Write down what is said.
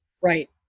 Right